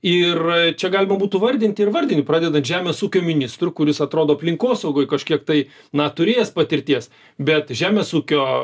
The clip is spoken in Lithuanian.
ir čia galima būtų vardinti ir vardinti pradedant žemės ūkio ministru kuris atrodo aplinkosaugoj kažkiek tai na turės patirties bet žemės ūkio